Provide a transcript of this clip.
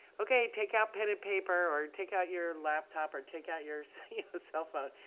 okay, take out pen and paper or take out your laptop or take out your so ah cellphone.